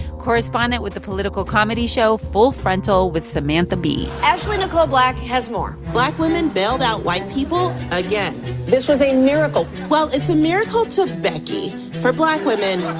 correspondent with the political comedy show full frontal with samantha bee. ashley nicole black has more black women bailed out white people again this was a miracle well, it's a miracle to becky. for black women,